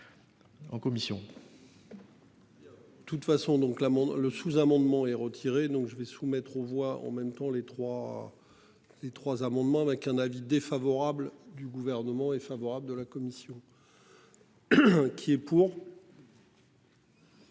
En commission. Bien. De toute façon donc là le sous-amendement est retiré. Donc je vais soumettre aux voix en même temps les trois ces trois amendements avec un avis défavorable du gouvernement est favorable de la commission. Qui est pour.